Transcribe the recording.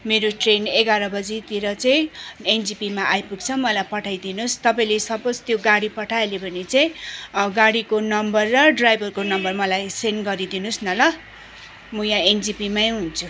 मेरो ट्रेन एघार बजीतिर चाहिँ एनजेपीमा आइपुग्छ मलाई पठाइदिनुहोस् तपाईँले सपोज त्यो गाडी पठाइहाल्यो भने चाहिँ गाडीको नम्बर र ड्राइभरको नम्बर मलाई सेन्ड गरिदिनुहोस् न ल म यहाँ एनजेपीमै हुन्छु